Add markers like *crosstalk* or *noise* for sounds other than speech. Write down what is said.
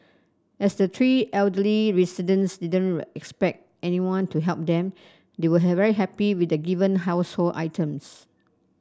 as the three elderly residents didn't *unintelligible* didn't expect anyone to help them they were very happy with the given household items